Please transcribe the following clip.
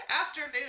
Afternoon